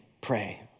Pray